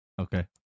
Okay